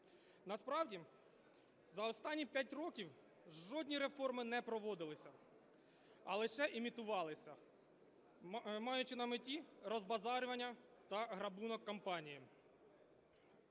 Насправді за останні п'ять років жодні реформи не проводилися, а лише імітувалися, маючи на меті розбазарювання та грабунок компанії.